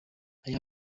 aya